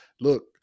look